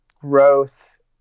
gross